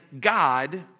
God